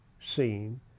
seen